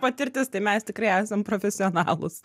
patirtis tai mes tikrai esam profesionalūs